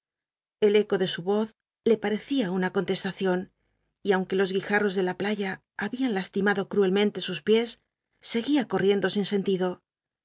el ceo de su yoz le pa ecia una coutcstacion y aunque los guijarros de la playa babian lastimado cruelmente sus piés seguia corriendo sin sentido